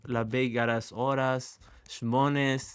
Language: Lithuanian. labai geras oras žmonės